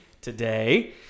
today